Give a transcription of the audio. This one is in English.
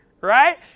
right